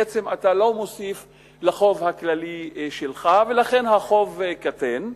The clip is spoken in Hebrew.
בעצם אתה לא מוסיף לחוב הכללי שלך ולכן החוב קטן,